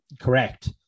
Correct